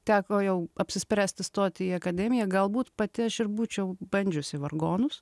teko jau apsispręsti stoti į akademiją galbūt pati aš ir būčiau bandžiusi vargonus